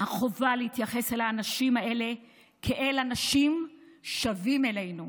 החובה להתייחס אל האנשים האלה כאל אנשים שווים אלינו.